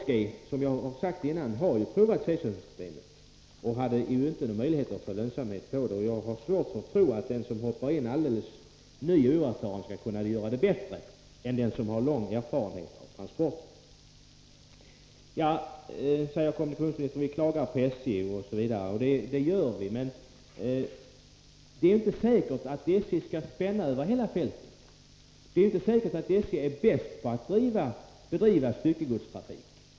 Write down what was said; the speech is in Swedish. Som jag har nämnt tidigare har ju ASG provat C-samsystemet men inte kunnat få någon lönsamhet. Jag har svårt att tro att den som hoppar in utan någon erfarenhet skall kunna göra det bättre än den som har lång erfarenhet av transporter. Kommunikationsministern säger att vi klagar på SJ osv. Ja, det gör vi, men det är ju inte säkert att SJ bör spänna över hela fältet — det är inte säkert att SJ är bäst på att bedriva styckegodstrafik.